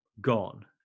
gone